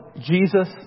Jesus